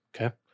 Okay